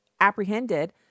apprehended